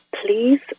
please